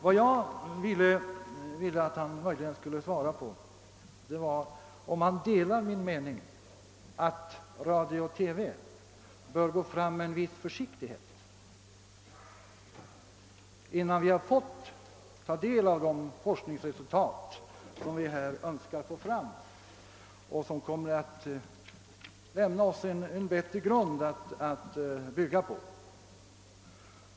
Vad jag ville var att han skulle svara på frågan om han delar min mening att radio och TV bör gå fram med en viss försiktighet, innan vi fått ta del av de forskningsresultat som vi önskar få fram och som så småningom kommer att lämna oss en bättre grund att bygga på.